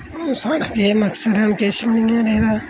हून साढ़ा केह् मकसद ऐ किश बी नेईं ऐ रेह्दा